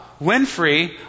Winfrey